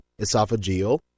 esophageal